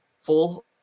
full